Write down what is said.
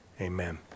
amen